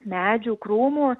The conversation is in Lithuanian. medžių krūmų